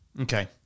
Okay